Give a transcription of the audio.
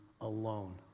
alone